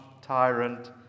tyrant